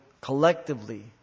collectively